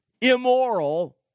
immoral